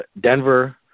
Denver